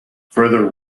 further